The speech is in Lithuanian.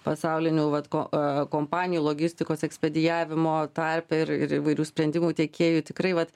pasaulinių vat ko e kompanijų logistikos ekspedijavimo tarpe ir ir įvairių sprendimų tiekėjų tikrai vat